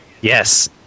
Yes